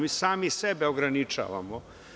Mi sami sebe ograničavamo.